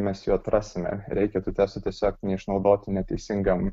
mes jų atrasime reikia tų testų tiesiog neišnaudoti neteisingam